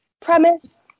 premise